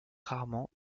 rarement